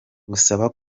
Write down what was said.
busaba